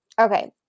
Okay